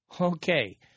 Okay